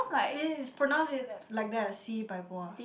this is pronounce it like that Si-Pai-Por ah